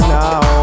now